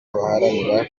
baharanira